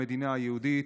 למדינה היהודית,